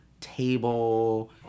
table